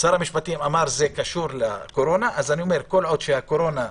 שר המשפטים אמר שזה קשור לקורונה אז אני אומר שכל עוד הקורונה נמצאת,